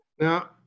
Now